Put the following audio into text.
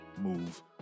move